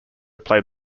played